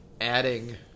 adding